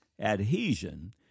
adhesion